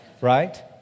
Right